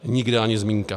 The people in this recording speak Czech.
Nikde ani zmínka!